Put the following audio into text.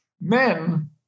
Men